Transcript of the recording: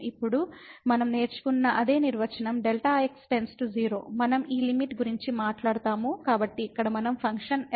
ఇప్పుడు మనం నేర్చుకున్న అదే నిర్వచనం Δx → 0 మనం ఈ లిమిట్ గురించి మాట్లాడుతాము కాబట్టి ఇక్కడ మన ఫంక్షన్ fx